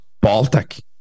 Baltic